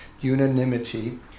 unanimity